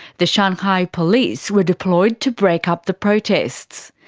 the shanghai police were deployed to break up the protests.